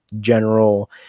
general